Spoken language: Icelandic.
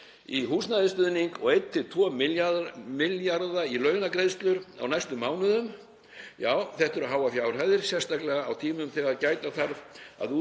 í húsnæðisstuðning og 1–2 milljarða í launagreiðslur á næstu mánuðum. Já, þetta eru háar fjárhæðir, sérstaklega á tímum þegar gæta þarf að